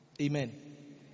Amen